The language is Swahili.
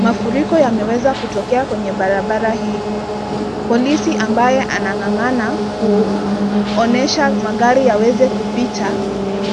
Mafuriko yameweza kutokea kwenye barabara hii. Polisi ambaye anang'ang'ana kuonyesha magari yaweze kupita